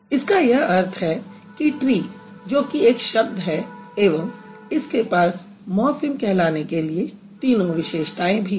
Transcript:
इसका यह अर्थ है कि ट्री जो कि एक शब्द है एवं इसके पास मॉर्फ़िम कहलाने के लिए तीनों विशेषताएँ भी हैं